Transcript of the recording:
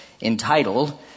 entitled